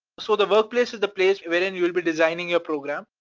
so the workplace is the place wherein you'll be designing your program,